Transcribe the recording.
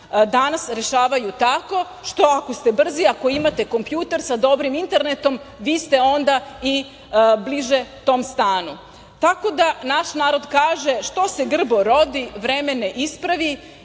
danas rešavaju tako što ako ste brzi, ako imate kompjuter sa dobrim internetom, vi ste onda bliže tom stanu. Tako da, naš narod kaže – što se grbo rodi, vreme ne ispravi.